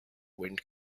wind